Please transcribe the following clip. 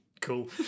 Cool